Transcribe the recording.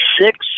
Six